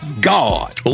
God